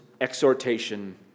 exhortation